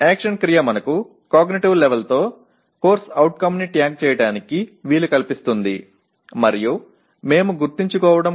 ஆகவே செயல் வினைச்சொல் அறிவாற்றல் மட்டத்துடன் ஒரு CO ஐ குறிக்க நமக்கு உதவுகிறது